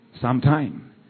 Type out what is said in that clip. Sometime